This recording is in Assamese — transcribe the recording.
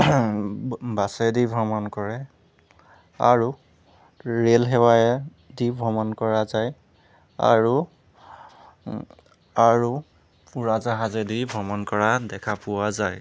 বাছেদি ভ্ৰমণ কৰে আৰু ৰেলসেৱাইদি ভ্ৰমণ কৰা যায় আৰু আৰু উৰাজাহাজেদি ভ্ৰমণ কৰা দেখা পোৱা যায়